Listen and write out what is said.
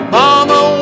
mama